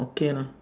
okay lor